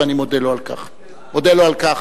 אני מודה לו על כך.